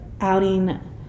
outing